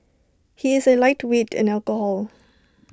he is A lightweight in alcohol